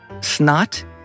snot